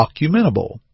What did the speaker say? documentable